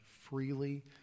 freely